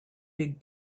big